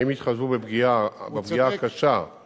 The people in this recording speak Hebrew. האם התחשבו בפגיעה הקשה, הוא צודק.